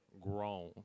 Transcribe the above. grown